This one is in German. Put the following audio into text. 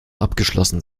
abgeschlossen